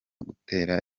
gutera